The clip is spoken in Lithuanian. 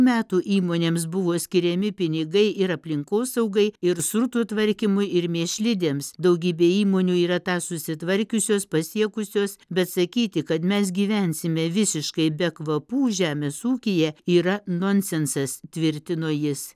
metų įmonėms buvo skiriami pinigai ir aplinkosaugai ir srutų tvarkymui ir mėšlidėms daugybė įmonių yra tą susitvarkiusios pasiekusios bet sakyti kad mes gyvensime visiškai be kvapų žemės ūkyje yra nonsensas tvirtino jis